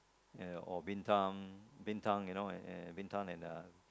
and uh or Bintan Bintan you know uh Bintan and uh